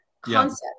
concept